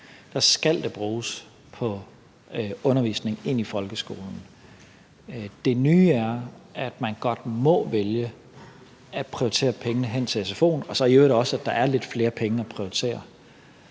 De skal bruges på undervisning i folkeskolen. Det nye er, at man godt må vælge at prioritere pengene hen til sfo'en, og så i øvrigt også, at der er lidt flere penge at prioritere.